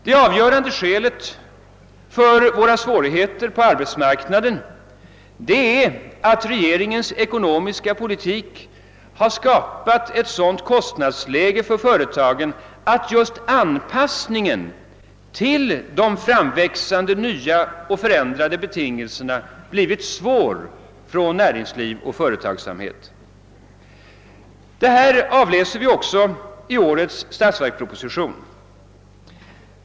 Det avgörande skälet till våra svårigheter på arbetsmarknaden är att regeringens ekonomiska politik har skapat ett sådant kostnadsläge för fö retagen, att anpassningen till de framväxande nya och förändrade betingelserna blivit svår för näringsliv och företagsamhet. Detta förhållande kan också avläsas i årets statsverksproposition.